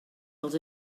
dels